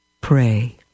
Pray